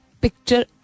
picture